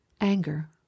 Anger